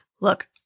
Look